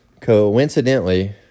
Coincidentally